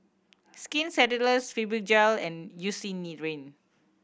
Skin Ceuticals Fibogel and Eucerin